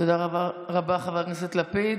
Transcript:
תודה רבה, חבר הכנסת לפיד.